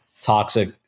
toxic